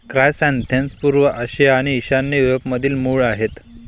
chrysanthemums पूर्व आशिया आणि ईशान्य युरोपमधील मूळ आहेत